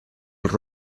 els